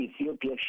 Ethiopia